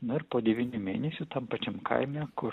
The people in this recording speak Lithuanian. na ir po devynių mėnesių tam pačiam kaime kur